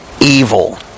evil